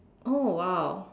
oh !wow!